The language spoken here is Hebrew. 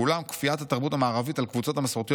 ואולם כפיית התרבות המערבית על קבוצות מסורתיות